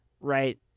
right